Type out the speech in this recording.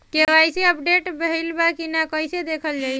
KYC update भइल बा कि ना कइसे देखल जाइ?